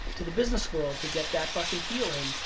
to the business world to get that fucking feeling.